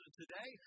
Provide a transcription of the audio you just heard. today